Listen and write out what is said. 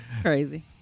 crazy